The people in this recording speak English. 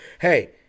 Hey